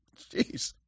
Jeez